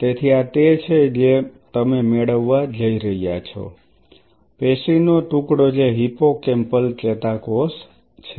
તેથી આ તે છે જે તમે મેળવવા જઇ રહ્યા છો પેશીનો ટુકડો જે હિપ્પોકેમ્પલ ચેતાકોષ છે